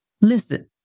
Listen